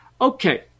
Okay